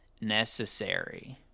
necessary